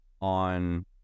on